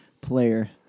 player